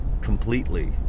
completely